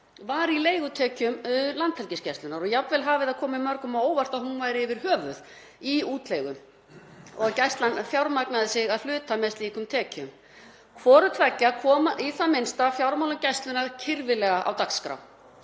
var í leigutekjum Landhelgisgæslunnar og jafnvel hafi það komið mörgum á óvart að hún væri yfir höfuð í útleigu og að Gæslan fjármagnaði sig að hluta með slíkum tekjum. Hvort tveggja kom í það minnsta fjármálum Gæslunnar kirfilega á dagskrá.